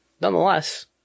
Nonetheless